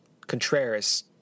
Contreras